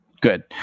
good